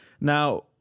Now